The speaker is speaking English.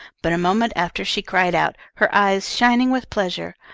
but a moment after she cried out, her eyes shining with pleasure,